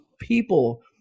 people